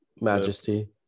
majesty